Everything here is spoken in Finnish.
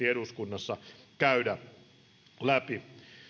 huolellisesti eduskunnassa käydä läpi